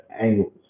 angles